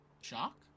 shock